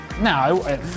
No